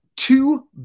Two